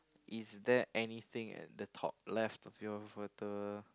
is there anything at the top left of your inverter